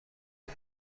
نمی